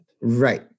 Right